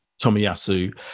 Tomiyasu